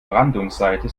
brandungsseite